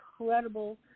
incredible